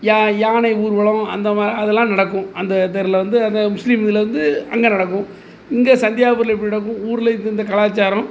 யா யானை ஊர்வலம் அந்தமா அதெல்லாம் நடக்கும் அந்த தெருவில் வந்து அந்த முஸ்லீம் இதில் வந்து அங்கே நடக்கும் இங்கே சந்தியாபூரில் எப்படின்னா ஊ ஊரில் இந்தந்த கலாச்சாரம்